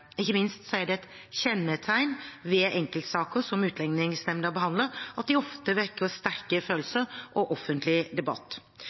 Ikke minst er det et kjennetegn ved enkeltsaker som Utlendingsnemnda behandler, at de ofte vekker sterke følelser og offentlig debatt.